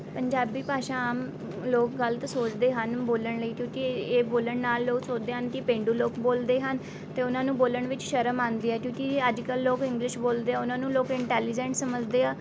ਪੰਜਾਬੀ ਭਾਸ਼ਾ ਆਮ ਲੋਕ ਗਲਤ ਸੋਚਦੇ ਹਨ ਬੋਲਣ ਲਈ ਕਿਉਂਕਿ ਇਹ ਇਹ ਬੋਲਣ ਨਾਲ ਲੋਕ ਸੋਚਦੇ ਹਨ ਕਿ ਪੇਂਡੂ ਲੋਕ ਬੋਲਦੇ ਹਨ ਅਤੇ ਉਹਨਾਂ ਨੂੰ ਬੋਲਣ ਵਿੱਚ ਸ਼ਰਮ ਆਉਂਦੀ ਹੈ ਕਿਉਂਕਿ ਅੱਜ ਕੱਲ੍ਹ ਲੋਕ ਇੰਗਲਿਸ਼ ਬੋਲਦੇ ਉਹਨਾਂ ਨੂੰ ਲੋਕ ਇੰਟੈਲੀਜੈਂਟ ਸਮਝਦੇ ਹੈ